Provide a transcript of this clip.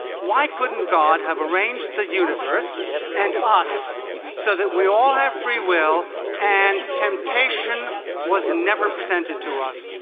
why couldn't god have arranged the universe and us so that we all have free will and temptation was never presented to us?